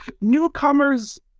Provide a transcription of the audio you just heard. newcomers